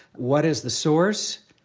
what is the source?